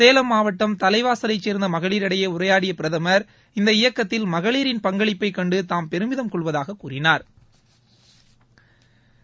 சேலம் மாவட்டம் தலைவாசலைச் சேர்ந்த மகளிரிடையே உரையாடிய பிரதமர் இந்த இயக்கத்தில் மகளிரின் பங்களிப்பைக் கண்டு தாம் பெருமிதம கொள்ளவதாக கூறினாா்